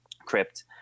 crypt